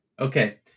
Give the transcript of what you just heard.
Okay